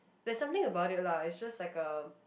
there's something about it lah it just like a